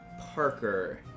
Parker